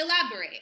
elaborate